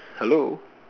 hello